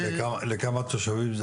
לכמה תושבים?